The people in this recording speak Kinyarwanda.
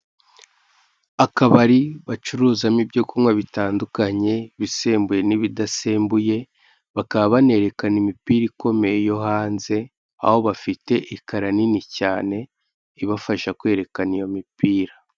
Akabari bacuruzamo ibyo kunywa bitandukanye. Ibisembuye n'ibidasembuye, bakaba banerekana imipira ikomeye yo hanze; aho bazfite ekara nini cyane ibafasha kwerekana iyo mipira.